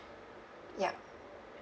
ya